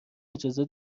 اجازه